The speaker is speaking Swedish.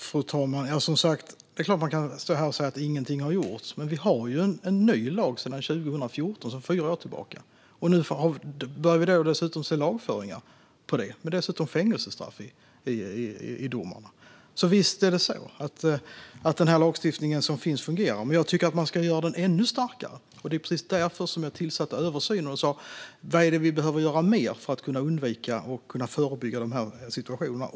Fru talman! Det är klart att man kan stå här och säga att ingenting har gjorts. Men vi har en ny lag sedan 2014, sedan fyra år tillbaka. Nu börjar vi se lagföringar utifrån den, dessutom med fängelsestraff i domarna. Alltså fungerar lagstiftningen som finns. Men jag tycker att man ska göra den ännu starkare. Det är precis därför jag har tillsatt en översyn och har sagt: Vad mer är det vi behöver göra för att kunna undvika och förebygga de här situationerna?